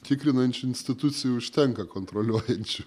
tikrinančių institucijų užtenka kontroliuojančių